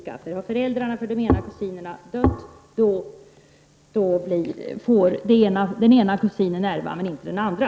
Det är ju så att om föräldrarna till den ena kusinen har dött, så får i praktiken den ena kusinen ärva men inte den andra.